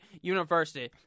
University